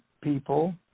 people